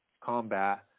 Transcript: combat